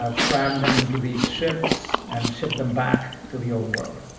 ah crammed them into these ships and shipped them back to the old world